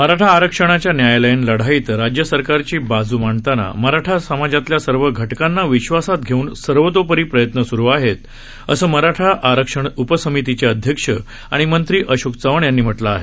मराठा आरक्षणाच्या न्यायालयीन लढाईत राज्य सरकारची बाजू मांडताना मराठा समाजातल्या सर्व घटकांना विश्वासात घेऊन सर्वतोपरी प्रयत्न स्रू आहेत असं मराठा आरक्षण उपसमितीचे अध्यक्ष आणि मंत्री अशोक चव्हाण यांनी म्हटलं आहे